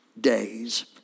days